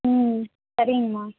ம் சரிங்கம்மா